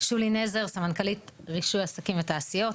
שולי נזר; סמנכ"לית רישוי עסקים ותעשיות,